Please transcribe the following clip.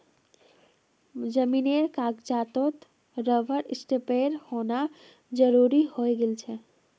जमीनेर कागजातत रबर स्टैंपेर होना जरूरी हइ गेल छेक